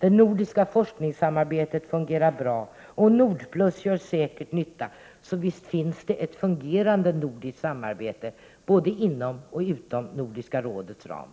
Det nordiska forskningssamarbetet fungerar bra, och Nordplus gör säkert nytta — så visst finns det ett fungerande nordiskt samarbete både inom och utom Nordiska rådets ram.